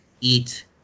eat